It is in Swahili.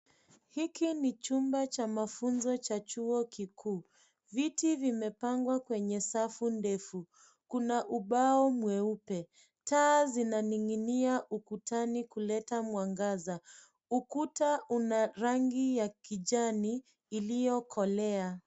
Hiki ni chumba cha mafunzo cha chuo kikuu. Viti vimepangwa kwenye safu ndefu. Kuna ubao mweupe. Taa zinaning'inia ukutani kuleta mwangaza. Ukuta una rangi ya kijani iliyokolea.